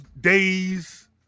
days